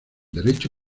derecho